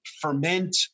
ferment